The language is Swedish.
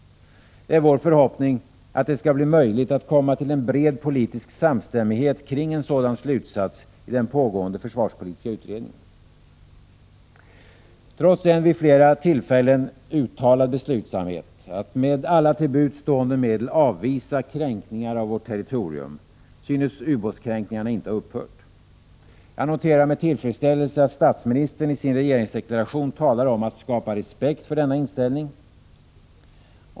Det är vår förhoppning att det skall bli möjligt att komma fram till en bred politisk samstämmighet kring en sådan slutsats i den pågående försvarspolitiska utredningen. Trots en vid flera tillfällen uttalad beslutsamhet att med alla till buds stående medel avvisa kränkningar av vårt territorium synes ubåtskränkningarna inte ha upphört. Jag noterar med tillfredsställelse att statsministern i sin regeringsförklaring talar om att skapa respekt för denna inställning.